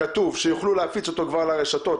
כתוב שיוכלו להפיץ אותו כבר לרשתות,